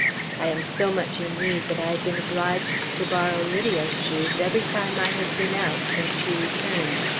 i am so much in need that i have been obliged to borrow lydia's shoes every time i have been out since she returned.